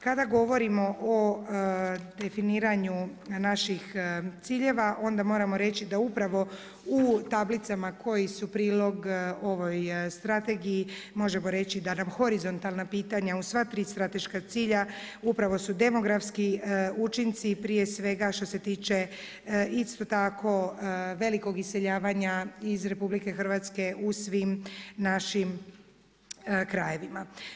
Kada govorimo o definiranju naših ciljeva onda moramo reći da upravo u tablicama koji su prilog ovoj strategiji možemo reći da nam horizontalna pitanja u sva tri strateška cilja upravo su demografski učinci, prije svega što se tiče isto tako velikog iseljavanja iz RH u svim našim krajevima.